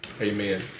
Amen